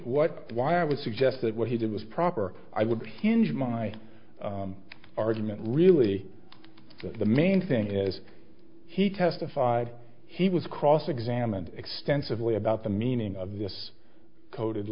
what why i would suggest that what he did was proper i would hinge my argument really the main thing is he testified he was cross examined extensively about the meaning of this coded